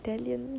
italian